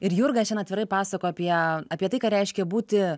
ir jurga šiandien atvirai pasakoja apie apie tai ką reiškia būti